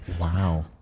Wow